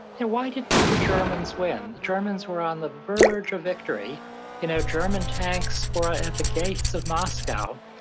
and why didn't the germans win? the germans were on the verge of victory you know german tanks were at the gates of moscow,